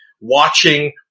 watching